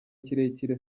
kirekire